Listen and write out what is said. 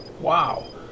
Wow